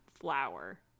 flower